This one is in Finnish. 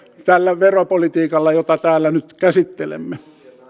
tällä veropolitiikalla jota täällä nyt käsittelemme